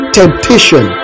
temptation